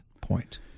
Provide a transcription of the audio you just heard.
point